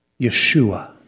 Yeshua